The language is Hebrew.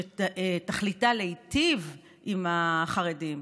שתכליתה להיטיב עם החרדים,